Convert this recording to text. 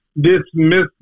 dismiss